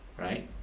right?